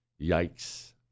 Yikes